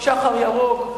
"שח"ר ירוק",